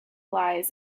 lies